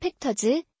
factors